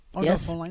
yes